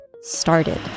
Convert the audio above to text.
started